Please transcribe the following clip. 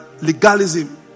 legalism